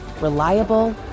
Reliable